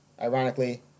ironically